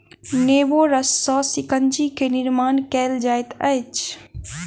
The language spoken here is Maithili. नेबो रस सॅ शिकंजी के निर्माण कयल जाइत अछि